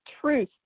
truth